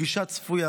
פגישה צפויה,